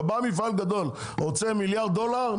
בא מפעל גדול ורוצה מיליארד דולר,